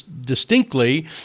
distinctly